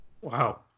Wow